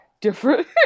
different